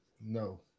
no